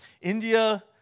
India